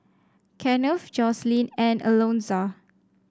Kennth Jocelyn and Alonza